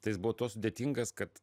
tai jis buvo tuo sudėtingas kad